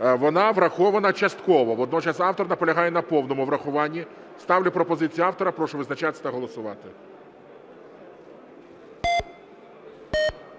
Вона врахована частково. Водночас автор наполягає на повному врахуванні. Ставлю пропозицію автора. Прошу визначатись та голосувати.